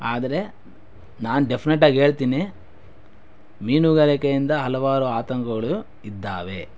ಆದರೆ ನಾನು ಡೆಫ್ನೆಟ್ ಆಗಿ ಹೇಳ್ತೀನಿ ಮೀನುಗಾರಿಕೆಯಿಂದ ಹಲವಾರು ಆತಂಕಗಳು ಇದ್ದಾವೆ